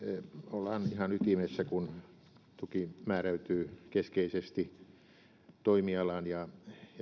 ollaan ihan ytimessä kun tuki määräytyy keskeisesti toimialan ja